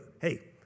hey